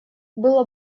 было